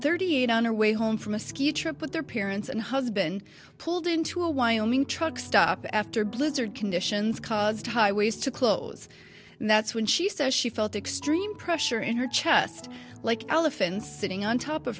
thirty eight on her way home from a ski trip with their parents and husband pulled into a wyoming truck stop after blizzard conditions caused highways to close that's when she says she felt extreme pressure in her chest like elephants sitting on top of